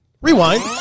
rewind